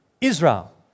Israel